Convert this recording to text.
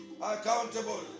accountable